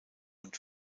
und